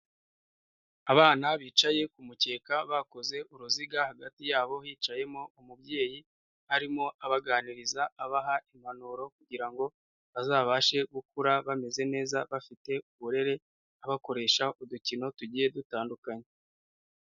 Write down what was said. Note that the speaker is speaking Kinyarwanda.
Abana bicaye ku mukeka bakoze uruziga hagati yabo hicayemo umubyeyi, arimo abaganiriza abaha impanuro kugira ngo bazabashe gukura bameze neza bafite uburere abakoresha udukino tugiye dutandukanye.